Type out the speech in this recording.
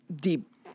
deep